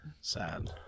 Sad